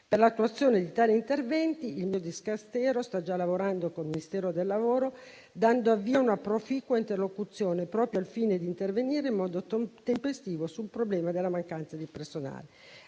Per l'attuazione di tali interventi il mio Dicastero sta già lavorando con il Ministero del lavoro dando avvio a una proficua interlocuzione, proprio al fine di intervenire in modo tempestivo sul problema della mancanza di personale.